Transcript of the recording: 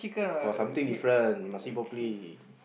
got something different you must see properly